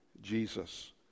Jesus